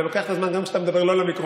זה לוקח את הזמן גם כשאתה מדבר לא למיקרופון,